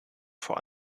vor